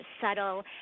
subtle